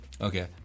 Okay